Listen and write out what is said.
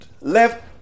left